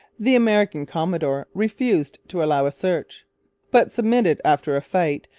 the american commodore refused to allow a search but submitted after a fight,